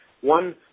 one